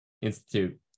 Institute